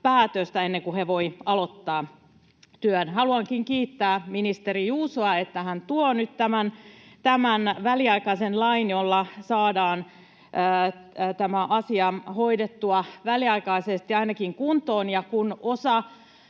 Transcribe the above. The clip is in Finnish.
päätöstä ennen kuin he voivat aloittaa työn. Haluankin kiittää ministeri Juusoa, että hän tuo nyt tämän väliaikaisen lain, jolla saadaan asia hoidettua ainakin väliaikaisesti kuntoon.